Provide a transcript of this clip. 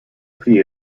fee